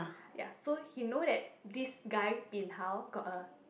ya so he know that this guy bin hao got a